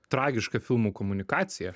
tragiška filmų komunikacija